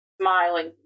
smiling